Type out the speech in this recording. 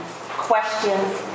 questions